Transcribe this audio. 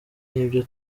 n’ibyo